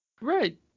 Right